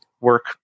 work